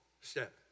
step